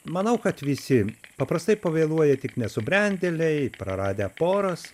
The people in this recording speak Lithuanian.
manau kad visi paprastai pavėluoja tik nesubrendėliai praradę poras